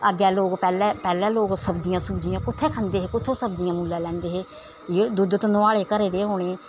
अग्गैं लोग पैह्लें पैह्लें लोग सब्जियां सुब्जियां कुत्थें खंदे हे कुत्थें सब्जियां मुल्लै लैंदे हे इयै दुद्ध दंधोआले घरै दे होने